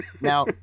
Now